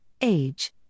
age